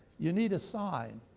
you need a sign,